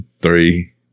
three